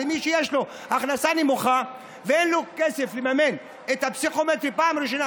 מי שיש לו הכנסה נמוכה ואין לו כסף לממן את הפסיכומטרי פעם ראשונה,